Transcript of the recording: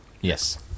yes